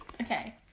Okay